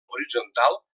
horitzontal